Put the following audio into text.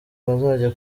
bazajya